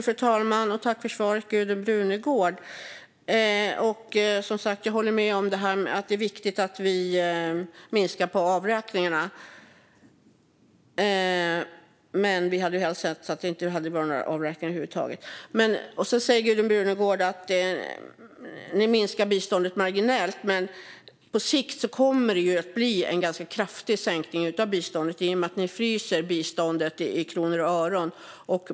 Fru talman! Jag tackar Gudrun Brunegård för svaret. Jag håller som sagt med om att det är viktigt att vi minskar avräkningarna, men Vänsterpartiet hade helst sett att det inte hade skett några avräkningar över huvud taget. Gudrun Brunegård sa att man minskar biståndet marginellt, men på sikt kommer det ju att bli en ganska kraftig sänkning av biståndet i och med att man fryser biståndet i kronor och ören.